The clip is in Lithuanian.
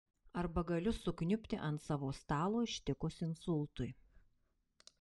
arba galiu sukniubti ant savo stalo ištikus insultui